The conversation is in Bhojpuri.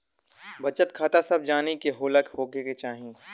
बचत खाता सभ जानी के खोले के चाही